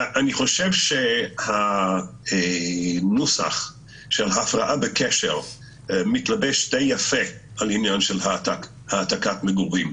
אני חושב שהנוסח של הפרעה בקשר מתלבש די יפה על עניין של העתקת מגורים.